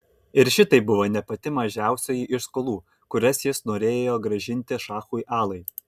ir šitai buvo ne pati mažiausioji iš skolų kurias jis norėjo grąžinti šachui alai